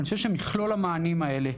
מכלול המענים האלה,